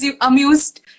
amused